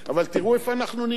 אבל תראו איך אנחנו נראים,